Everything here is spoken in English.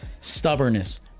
Stubbornness